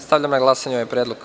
Stavljam na glasanje ovaj predlog.